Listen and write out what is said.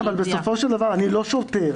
בסופו של דבר אני לא שוטר.